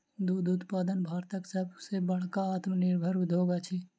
दूध उत्पादन भारतक सभ सॅ बड़का आत्मनिर्भर उद्योग अछि